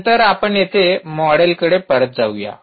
नंतर आपण येथे मॉडेलकडे परत जाऊ या